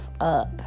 up